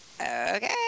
Okay